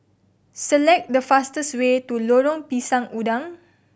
select the fastest way to Lorong Pisang Udang